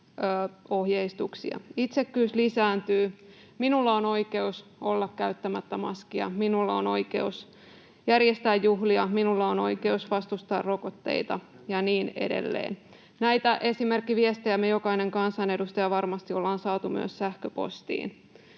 ohjeistuksia. Itsekkyys lisääntyy: minulla on oikeus olla käyttämättä maskia, minulla on oikeus järjestää juhlia, minulla on oikeus vastustaa rokotteita ja niin edelleen. Näitä esimerkkiviestejä jokainen meistä kansanedustajista varmasti on saanut myös sähköpostiin.